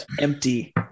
Empty